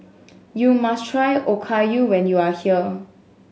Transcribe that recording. you must try Okayu when you are here